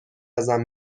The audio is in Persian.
ازم